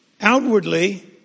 outwardly